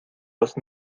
los